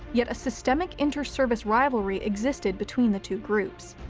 yet a systemic interservice rivalry existed between the two groups.